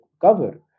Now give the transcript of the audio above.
cover